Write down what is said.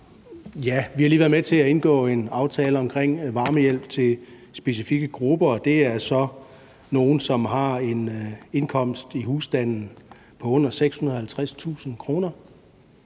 Vi har lige været med til at indgå en aftale om varmehjælp til specifikke grupper, og det er så nogle, som har en indkomst i husstanden på under 650.000 kr.